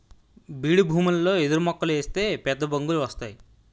బీడుభూములలో ఎదురుమొక్కలు ఏస్తే పెద్దబొంగులు వస్తేయ్